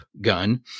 gun